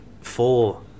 four